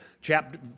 Chapter